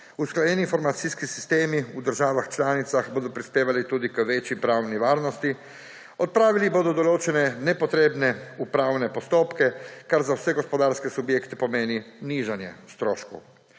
Usklajeni informacijski sistemi v državah članicah bodo prispevali tudi k večji pravni varnosti, odpravili bodo določene nepotrebne upravne postopke, kar za vse gospodarske subjekte pomeni nižanje stroškov.